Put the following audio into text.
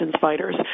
fighters